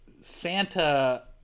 santa